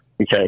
Okay